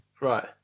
Right